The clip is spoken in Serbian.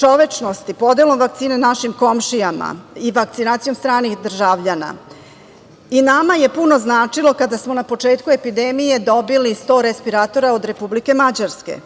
čovečnosti, podelom vakcina našim komšijama i vakcinacijom stranih državljana. Nama je puno značilo kada smo na početku epidemije dobili 100 respiratora od Republike Mađarske.